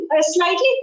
slightly